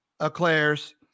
eclairs